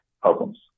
problems